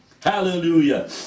Hallelujah